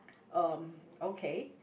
um okay